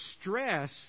stress